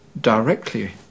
directly